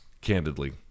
candidly